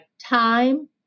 time